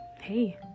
hey